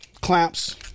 clamps